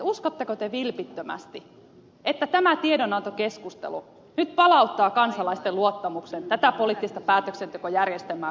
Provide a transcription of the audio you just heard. uskotteko te vilpittömästi että tämä tiedonantokeskustelu nyt palauttaa kansalaisten luottamuksen tätä poliittista päätöksentekojärjestelmää kohtaan